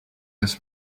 this